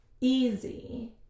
easy